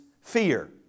fear